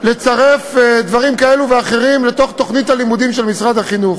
לצרף דברים כאלה ואחרים לתוכנית הלימודים של משרד החינוך.